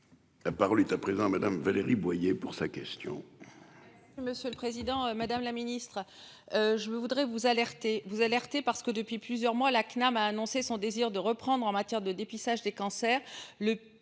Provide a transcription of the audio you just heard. La parole est à présent Madame Valérie Boyer pour sa question. Monsieur le Président Madame la Ministre. Je voudrais vous alerter vous alerter, parce que depuis plusieurs mois, la CNAM a annoncé son désir de reprendre en matière de dépistage des cancers.